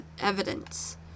evidence